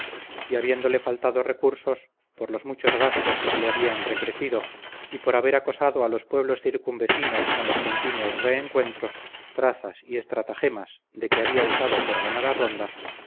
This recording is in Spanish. y habiéndole faltado recursos por los muchos gastos que se le habían recrecido y por haber acosado a los pueblos circunvecinos con los continuos reencuentros trazas y estratagemas de que había usado por ganar a ronda